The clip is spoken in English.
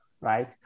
right